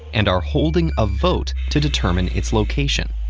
and are holding a vote to determine its location.